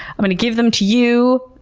i'm going to give them to you,